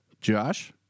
josh